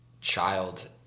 child